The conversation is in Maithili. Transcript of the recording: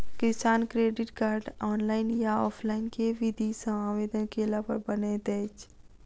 किसान क्रेडिट कार्ड, ऑनलाइन या ऑफलाइन केँ विधि सँ आवेदन कैला पर बनैत अछि?